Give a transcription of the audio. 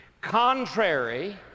Contrary